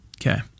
Okay